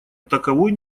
таковой